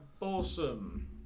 awesome